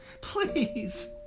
please